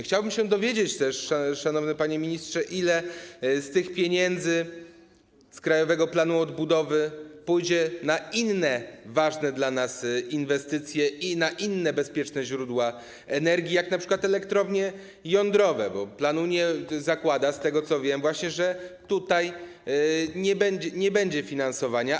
Chciałbym dowiedzieć się też, szanowny panie ministrze, ile z tych pieniędzy z Krajowego Planu Odbudowy pójdzie na inne ważne dla nas inwestycje i na inne bezpieczne źródła energii, jak np. elektrownie jądrowe, bo plan zakłada, z tego, co wiem, że właśnie tutaj nie będzie dofinansowania.